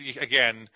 again